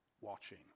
watching